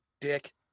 dick